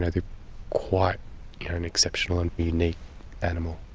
yeah they're quite an exceptional and unique animal.